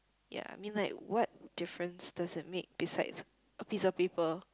ya I mean like what difference does it make besides a piece of paper